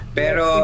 pero